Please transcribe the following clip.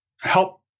help